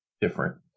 different